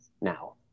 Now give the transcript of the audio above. now